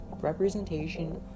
representation